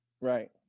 Right